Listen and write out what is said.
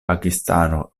pakistano